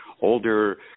older